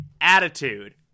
attitude